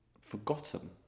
forgotten